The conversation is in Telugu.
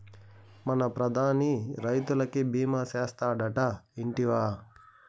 మన ప్రధాని రైతులకి భీమా చేస్తాడటా, ఇంటివా